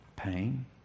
Pain